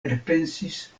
elpensis